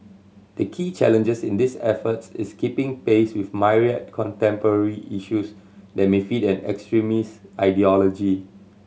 the key challenges in these efforts is keeping pace with myriad contemporary issues that may feed an extremist ideology